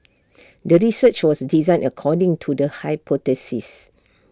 the research was designed according to the hypothesis